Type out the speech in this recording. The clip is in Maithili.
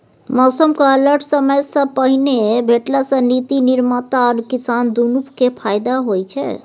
मौसमक अलर्ट समयसँ पहिने भेटला सँ नीति निर्माता आ किसान दुनु केँ फाएदा होइ छै